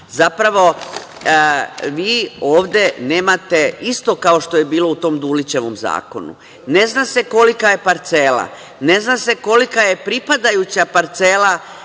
Zapravo, vi ovde nemate, isto kao što je bilo u tom Dulićevom zakonu… Ne zna se kolika je parcela, ne zna se kolika je pripadajuća parcela